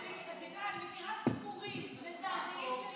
בשום פנים ואופן.